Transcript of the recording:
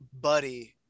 buddy